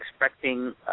expecting